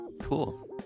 Cool